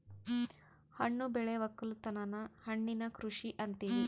ಹಣ್ಣು ಬೆಳೆ ವಕ್ಕಲುತನನ ಹಣ್ಣಿನ ಕೃಷಿ ಅಂತಿವಿ